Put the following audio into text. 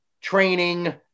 training